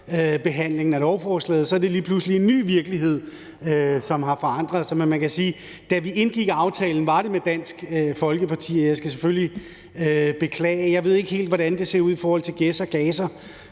førstebehandlingen af lovforslaget, er det lige pludselig i en ny virkelighed, hvor tingene er forandret. Man kan sige, at da vi indgik aftalen, var det med Dansk Folkeparti. Og jeg skal selvfølgelig beklage, at jeg ikke helt ved, hvordan det ser ud i forhold til Gæs og Gaser